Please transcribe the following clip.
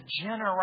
generosity